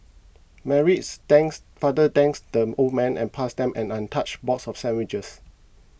Mary's thanked father thanked the old man and passed them an untouched box of sandwiches